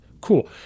Cool